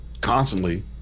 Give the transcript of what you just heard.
constantly